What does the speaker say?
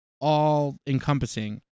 all-encompassing